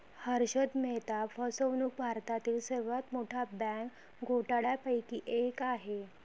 हर्षद मेहता फसवणूक भारतातील सर्वात मोठ्या बँक घोटाळ्यांपैकी एक आहे